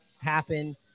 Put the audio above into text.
happen